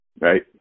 right